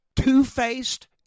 two-faced